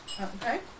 Okay